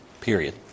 Period